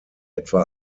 etwa